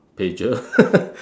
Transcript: pager